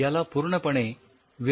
याला पूर्णपणे विरघळवले जाते